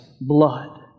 blood